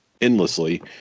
endlessly